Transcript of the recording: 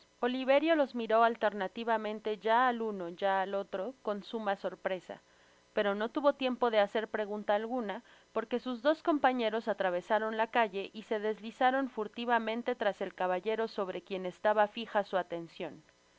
oliverio los miró alternativamente ya al uno ya al otro con suma sorpresa pero no tuvo tiempo de hacer pregunta alguna porque sus dos compañeros atravesaron la calle y se deslizaron furtivamente tras el caballero sobre quien estaba fija su atencion el